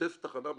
עוטף תחנה מרכזית.